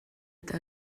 eta